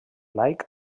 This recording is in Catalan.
laic